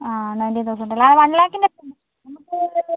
ആ ninety thousand അല്ലേ ആ വൺ ലാക്കിന്റെ അടുത്തുണ്ട് നമുക്ക്